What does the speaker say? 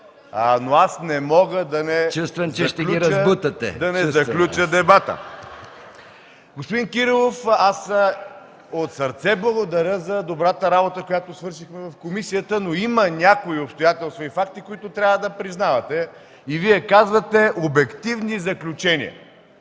Но аз не мога да не заключа дебата. (Смях от КБ.) Господин Кирилов, аз от сърце благодаря за добрата работа, която свършихме в комисията. Но има някои факти и обстоятелства, които трябва да признавате. Вие казвате „обективни заключения”.